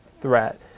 threat